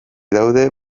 daude